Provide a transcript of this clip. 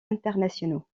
internationaux